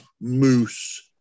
moose